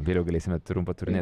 vėliau galėsime trumpą turnė